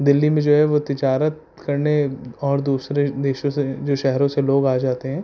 دہلی میں جو ہے وہ تجارت کرنے اور دوسرے دیشوں سے جو شہروں سے لوگ آ جاتے ہیں